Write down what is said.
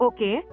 Okay